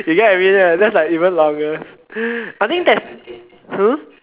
if you get what I mean right that's like even longer I think that !huh!